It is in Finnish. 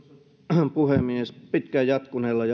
arvoisa puhemies pitkään jatkuneella